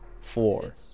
four